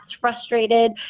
frustrated